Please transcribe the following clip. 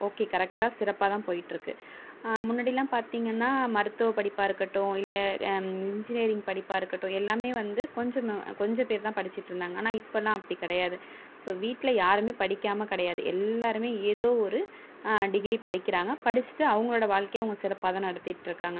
okay கரெக்டாக சிறப்பாக தான் போய்ட்டுருக்கு முன்னடிலாம் பார்த்திங்கனா மருத்துவ படிப்பாக இருக்கட்டும் இல்லை இன்ஜினியரிங் படிப்பாக இருக்கட்டும் எல்லாமே வந்து கொஞ்சம் கொஞ்ச பேர் தான் படிச்சிட்டுருந்தாங்க ஆனால் இப்போல்லாம் அப்படி கிடையாது ஸோ வீட்டில் யாருமே படிக்காமல் கிடையாது எல்லாருமே ஏதோ ஒரு டிகிரி படிக்கிறாங்க படிச்சிவிட்டு அவங்களோட வாழ்க்கையை அவங்க சிறப்பாக தான் நடத்திட்டுருக்காங்க